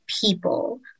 people